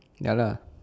ya lah